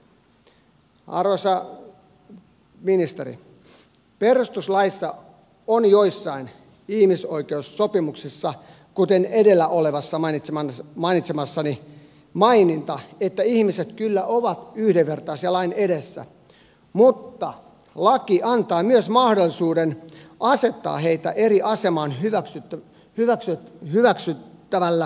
arvoisa ministeri perustuslaissa on joissain ihmisoikeussopimuksissa kuten edellä mainitsemassani maininta että ihmiset kyllä ovat yhdenvertaisia lain edessä mutta laki antaa myös mahdollisuuden asettaa heitä eri asemaan hyväksyttävällä perusteella